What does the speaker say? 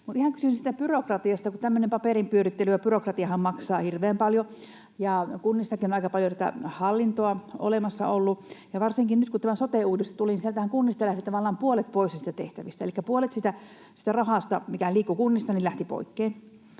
ihan kysyn siitä byrokratiasta. Tämmöinen paperinpyörittely ja byrokratiahan maksavat hirveän paljon ja kunnissakin on aika paljon tätä hallintoa olemassa ollut, ja varsinkin nyt kun tämä sote-uudistus tuli, niin sieltähän kunnista lähti tavallaan puolet pois niistä tehtävistä, elikkä puolet siitä rahasta, mikä liikkui kunnissa, lähti pois,